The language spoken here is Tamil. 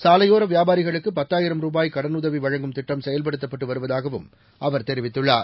சாலையோர வியாபாரிகளுக்கு பத்தாயிரம் ரூபாய் கடனுதவி வழங்கும் திட்டம் செயல்படுத்தப்பட்டு வருவதாகவும் அவர் தெரிவித்துள்ளார்